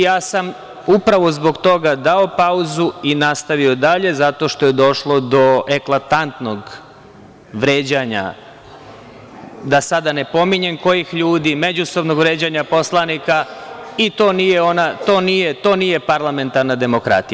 Ja sam upravo zbog toga dao pauzu i nastavio dalje, zato što je došlo do eklatantnog vređanja, da sada ne pominjem kojih ljudi, međusobnog vređanja poslanika i to nije parlamentarna demokratija.